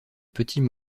petits